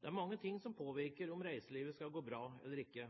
Det er mange ting som påvirker om reiselivet skal gå bra eller ikke.